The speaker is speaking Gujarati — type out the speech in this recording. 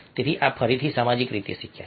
તેથી આ ફરીથી સામાજિક રીતે શીખ્યા છે